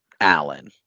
Allen